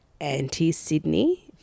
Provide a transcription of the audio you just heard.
anti-sydney